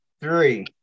three